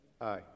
Aye